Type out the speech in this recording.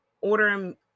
ordering